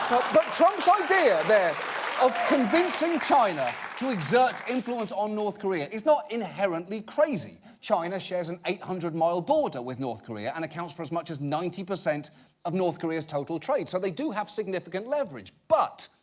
but trump's idea there of convincing china to exert influence on north korea, is not inherently crazy. china shares an eight hundred mile border with north korea and accounts for as much as ninety percent of north korea's total trade, so they do have significant leverage. but,